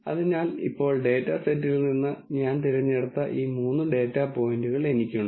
അതിനാൽ ഇപ്പോൾ ഡാറ്റാ സെറ്റിൽ നിന്ന് ഞാൻ തിരഞ്ഞെടുത്ത ഈ മൂന്ന് ഡാറ്റ പോയിന്റുകൾ എനിക്കുണ്ട്